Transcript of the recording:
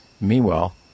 Meanwhile